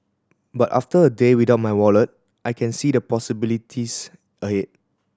but after a day without my wallet I can see the possibilities ahead